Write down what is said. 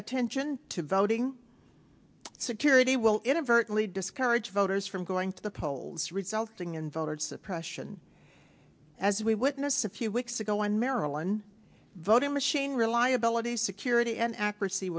attention to voting security will inadvertently discourage voters from going to the polls resulting in voter suppression as we witnessed a few weeks ago in maryland voting machine reliabilities security and accuracy